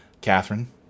Catherine